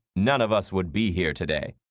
none of us would be here today.